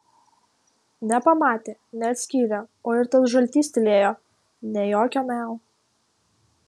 nepamatė neatskyrė o ir tas žaltys tylėjo nė jokio miau